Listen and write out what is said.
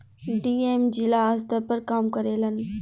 DM जिला स्तर पर काम करेलन